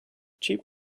cheap